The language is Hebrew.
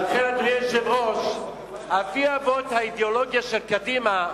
אדוני היושב-ראש, אבי אבות האידיאולוגיה של קדימה,